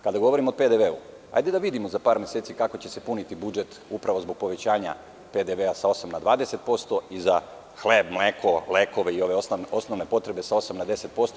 Kada govorimo o PDV-u, hajde da vidimo za par meseci kako će se puniti budžet upravo zbog povećanja PDV-a sa osam na 20% i za hleb, mleko, lekove i osnovne potrebe sa osam na 10%